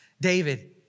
David